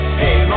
hey